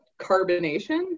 carbonation